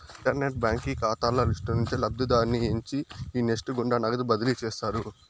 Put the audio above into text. internet బాంకీ కాతాల list నుంచి లబ్ధిదారుని ఎంచి ఈ నెస్ట్ గుండా నగదు బదిలీ చేస్తారు